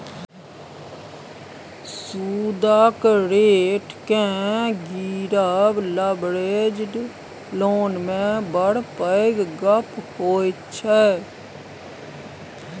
सुदक रेट केँ गिरब लबरेज्ड लोन मे बड़ पैघ गप्प होइ छै